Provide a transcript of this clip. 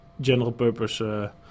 general-purpose